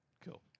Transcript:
Cool